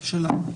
שלנו.